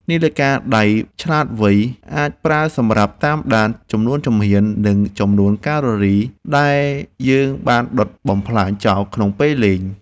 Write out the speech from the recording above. នាឡិកាដៃឆ្លាតវៃអាចប្រើសម្រាប់តាមដានចំនួនជំហាន និងចំនួនកាឡូរីដែលយើងបានដុតបំផ្លាញចោលក្នុងពេលលេង។